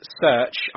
search